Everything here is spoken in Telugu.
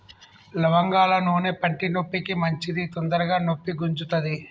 లవంగాల నూనె పంటి నొప్పికి మంచిది తొందరగ నొప్పి గుంజుతది